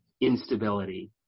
instability